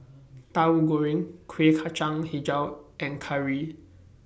Tahu Goreng Kuih Kacang Hijau and Curry